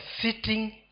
sitting